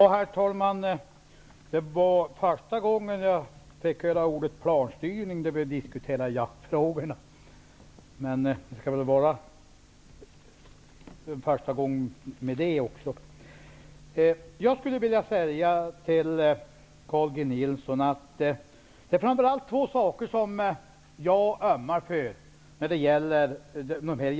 Herr talman! Det var första gången jag fick höra ordet planstyrning när vi diskuterar jaktfrågor. Men den dagen måste väl komma någon gång den också. Jag skulle vilja säga till Carl G Nilsson att det är framför allt två saker som jag ömmar för när det gäller jakt.